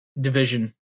division